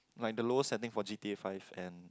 like the lower setting for G_T_A five and